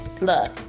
look